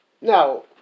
Now